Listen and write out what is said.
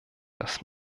das